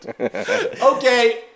Okay